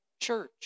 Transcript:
church